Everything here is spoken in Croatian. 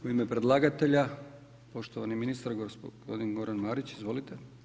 U ime predlagatelja poštovani ministar gospodin Goran Marić, izvolite.